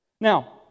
Now